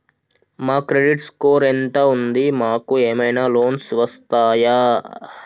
మా credit score ఎంత ఉంది? మాకు ఏమైనా లోన్స్ వస్తయా?